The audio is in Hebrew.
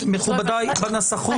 טוב, מכובדיי, בנסחות אתם תגיעו.